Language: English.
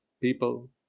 people